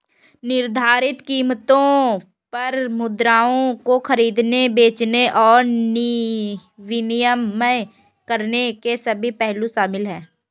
निर्धारित कीमतों पर मुद्राओं को खरीदने, बेचने और विनिमय करने के सभी पहलू शामिल हैं